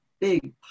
big